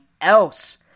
else